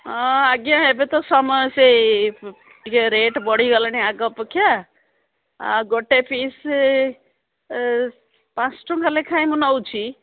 ହଁ ଆଜ୍ଞା ଏବେ ତ ସମୟ ସେ ଟିକେ ରେଟ୍ ବଢ଼ିଗଲାଣି ଆଗ ଅପେକ୍ଷା ଆଉ ଗୋଟେ ପିସ୍ ପାଞ୍ଚ ଟଙ୍କା ଲେଖାଏଁ ମୁଁ ନେଉଛି